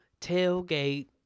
tailgate